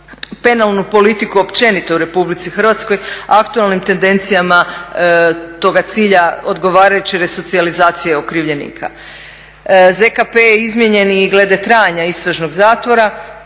penalnu politiku općenito u RH aktualnim tendencijama toga cilja odgovarajuće resocijalizacije okrivljenika. ZKP je izmijenjen i glede trajanja istražnog zatvora,